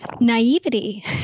Naivety